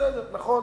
בסדר, נכון,